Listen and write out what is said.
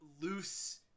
loose